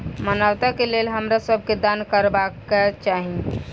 मानवता के लेल हमरा सब के दान करबाक चाही